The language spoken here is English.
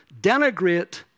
denigrate